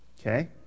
Okay